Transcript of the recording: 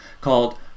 called